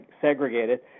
segregated